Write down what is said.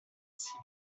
civile